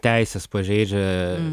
teises pažeidžia